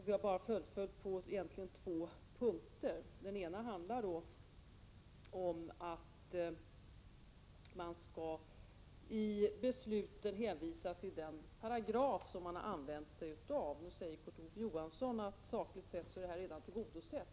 Det är egentligen bara på två punkter som vi har sådana yrkanden. Det ena är att det skall skrivas in i lagtexten att myndighet skall hänvisa till den paragraf man stöder ett beslut på. Nu säger Kurt Ove Johansson att det kravet sakligt sett redan är tillgodosett.